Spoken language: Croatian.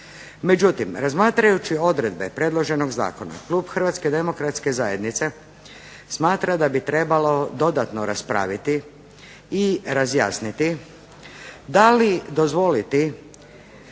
Međutim, razmatrajući odredbe predloženog zakona klub Hrvatske demokratske zajednice smatralo da bi trebalo dodatno raspraviti i razjasniti da li dozvoliti